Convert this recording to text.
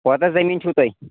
کوتاہ زٔمیٖن چھُو تۄہہِ